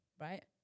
right